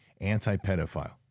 anti-pedophile